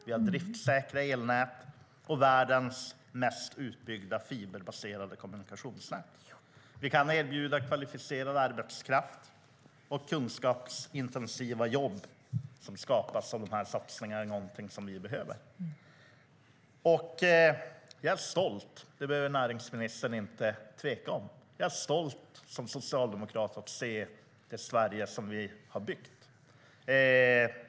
Vi har driftsäkra elnät och världens mest utbyggda fiberbaserade kommunikationsnät. Vi kan erbjuda kvalificerad arbetskraft, och kunskapsintensiva jobb som skapas av dessa satsningar är någonting som vi behöver. Jag är stolt, det behöver näringsministern inte tveka på. Jag är stolt som socialdemokrat att se det Sverige som vi har byggt.